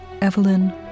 Evelyn